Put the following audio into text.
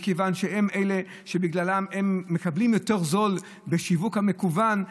מכיוון שהם אלה שבגללם הם מקבלים יותר זול בשיווק המקוון,